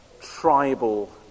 tribal